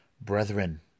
Brethren